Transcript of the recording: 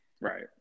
Right